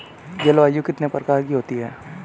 जलवायु कितने प्रकार की होती हैं?